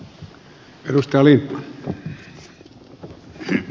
arvoisa puhemies